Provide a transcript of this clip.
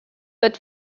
but